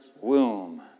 womb